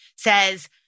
says